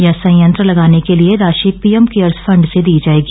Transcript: यह संयंत्र लगाने के लिए राशि पीएम केयर्स फंड से दी जाएगी